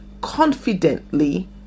confidently